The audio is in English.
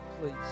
please